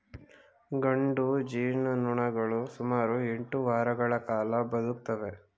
ಗಂಡು ಜೇನುನೊಣಗಳು ಸುಮಾರು ಎಂಟು ವಾರಗಳ ಕಾಲ ಬದುಕುತ್ತವೆ